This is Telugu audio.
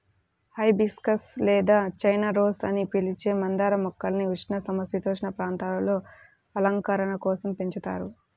హైబిస్కస్ లేదా చైనా రోస్ అని పిలిచే మందార మొక్కల్ని ఉష్ణ, సమసీతోష్ణ ప్రాంతాలలో అలంకరణ కోసం పెంచుతారు